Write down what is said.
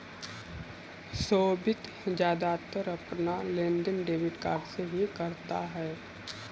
सोभित ज्यादातर अपना लेनदेन डेबिट कार्ड से ही करता है